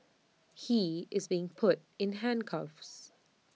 he is being put in handcuffs